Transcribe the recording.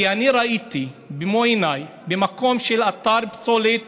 כי אני ראיתי במו עיניי, במקום של אתר פסולת